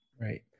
right